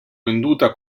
venduta